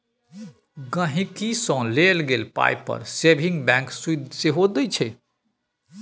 गांहिकी सँ लेल गेल पाइ पर सेबिंग बैंक सुदि सेहो दैत छै